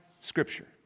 scripture